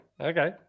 Okay